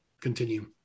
continue